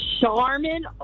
Charmin